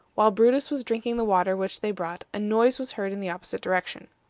while brutus was drinking the water which they brought, a noise was heard in the opposite direction.